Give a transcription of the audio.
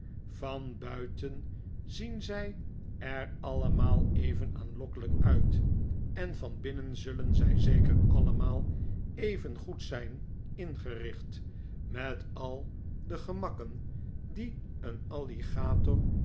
van buiten zien zij er allemaal even aanlokkelijk uit en van binnen zullen zij zeker allemaal even goed zijn ingericht met al de gemakken die een alligator